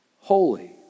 holy